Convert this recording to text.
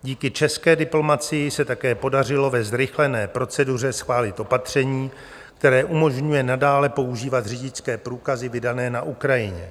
Díky české diplomacii se také podařilo ve zrychlené proceduře schválit opatření, které umožňuje nadále používat řidičské průkazy vydané na Ukrajině.